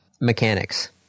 mechanics